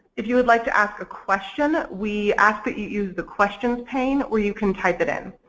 if you would like to ask a question we ask that you use the questions pane where you can type it in.